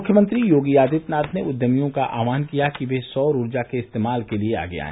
मुख्यमंत्री योगी आदित्यनाथ ने उद्यमियों का आह्वान किया कि वे सौर ऊर्जा के इस्तेमाल के लिए आगे आए